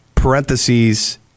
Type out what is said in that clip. Parentheses